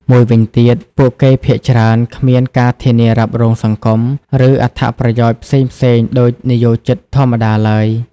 មួយវិញទៀត ពួកគេភាគច្រើន គ្មានការធានារ៉ាប់រងសង្គម ឬអត្ថប្រយោជន៍ផ្សេងៗដូចនិយោជិតធម្មតាឡើយ។